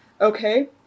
Okay